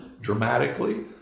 dramatically